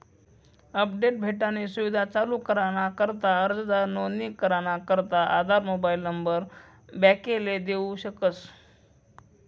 update भेटानी सुविधा चालू कराना करता अर्जदार नोंदणी कराना करता आधार मोबाईल नंबर बॅकले देऊ शकस